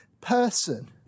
person